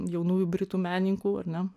jaunųjų britų menininkų ar ne